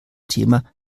thema